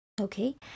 Okay